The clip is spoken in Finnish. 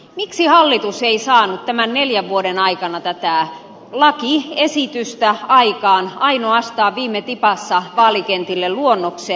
miksi hallitus ei saanut tämän neljän vuoden aikana tätä lakiesitystä aikaan ainoastaan viime tipassa vaalikentille luonnoksen